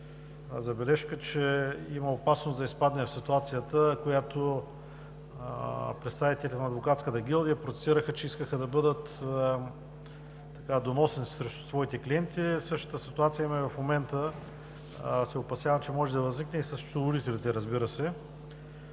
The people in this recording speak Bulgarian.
забележка, че има опасност да изпаднем в ситуацията, за която представители на адвокатската гилдия протестираха, че искаха да бъдат „доносници“ срещу своите клиенти. Същата ситуация я има и в момента. Опасявам се, че може да възникне и със счетоводителите.